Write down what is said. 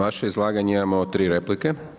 Na vaše izlaganje imamo 3 replike.